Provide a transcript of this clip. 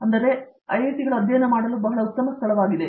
ಆದ್ದರಿಂದ ಇವುಗಳು ಅಧ್ಯಯನ ಮಾಡಲು ಬಹಳ ಉತ್ತಮ ಸ್ಥಳವಾಗಿದೆ